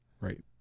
Right